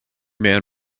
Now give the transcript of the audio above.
man